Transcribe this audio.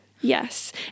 Yes